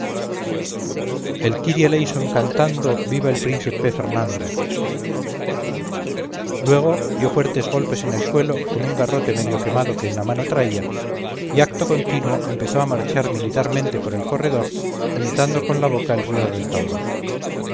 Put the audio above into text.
habló así con lengua estropajosa luego dio fuertes golpes en el suelo con un garrote medio quemado que en la mano traía y acto continuo empezó a marchar militarmente por el corredor imitando con la boca el ruido del tambor